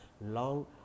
long